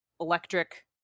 electric